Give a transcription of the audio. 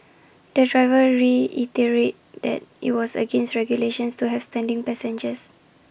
the driver reiterated that IT was against regulations to have standing passengers